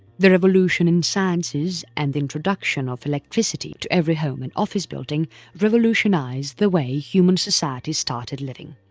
the revolution in sciences and the introduction of electricity to every home and office building revolutionised the way human society started living.